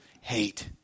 hate